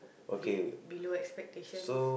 be~ below expectations